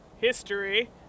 history